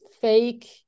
fake